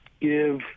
give